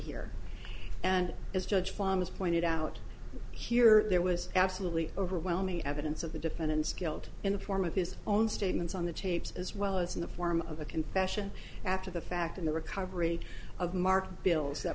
has pointed out here there was absolutely overwhelming evidence of the defendant's guilt in the form of his own statements on the tapes as well as in the form of a confession after the fact in the recovery of mark bills that